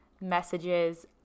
messages